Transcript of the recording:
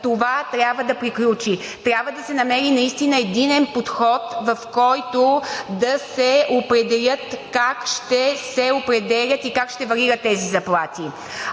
Това трябва да приключи. Трябва да се намери наистина единен подход, в който да се определи как ще се определят и как ще варират тези заплати.